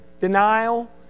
denial